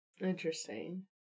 Interesting